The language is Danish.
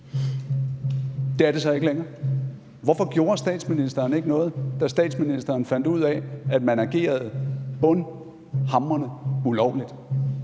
Det er det så ikke længere? Hvorfor gjorde statsministeren ikke noget, da statsministeren fandt ud af, at man agerede bundhamrende ulovligt,